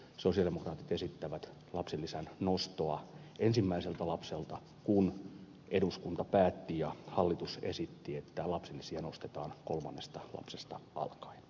sosialidemokraatit esittävät lapsilisän nostoa ensimmäiseltä lapselta kun eduskunta päätti ja hallitus esitti että lapsilisiä nostetaan kolmannesta lapsesta alkaen